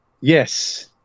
Yes